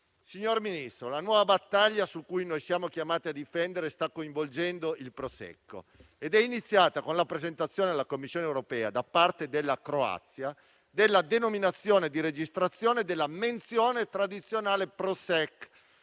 Signor Ministro, la nuova battaglia in cui siamo chiamati in difesa sta coinvolgendo il Prosecco ed è iniziata con la presentazione alla Commissione europea da parte della Croazia della denominazione di registrazione della menzione tradizionale "Prosek"